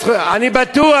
אני בטוח.